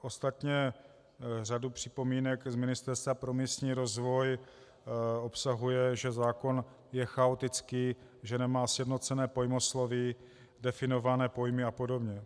Ostatně řada připomínek z Ministerstva pro místní rozvoj obsahuje, že zákon je chaotický, že nemá sjednocené pojmosloví, definované pojmy apod.